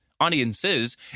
Audiences